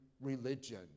religion